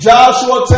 Joshua